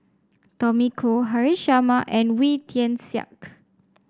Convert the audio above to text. Tommy Koh Haresh Sharma and Wee Tian Siak